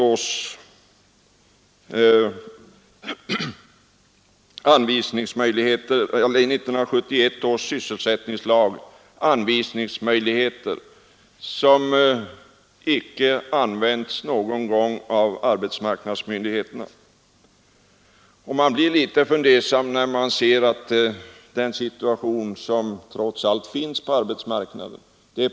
Det finns i 1971 års sysselsättningslag anvisningsmöjligheter som icke någon gång använts av arbetsmarknadsmyndigheterna. Man blir dock mycket fundersam när man ser de problem som de äldre trots allt har på arbetsmarknaden.